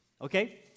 Okay